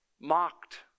mocked